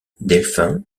delphin